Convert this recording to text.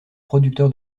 producteur